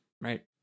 Right